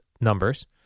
numbers